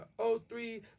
03